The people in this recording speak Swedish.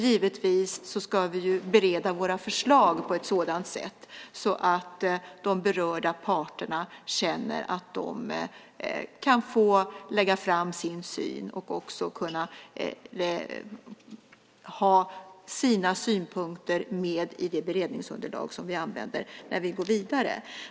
Givetvis ska vi bereda våra förslag på ett sådant sätt att de berörda parterna känner att de kan få lägga fram sin syn och ha sina synpunkter med i det beredningsunderlag som vi använder när vi går vidare.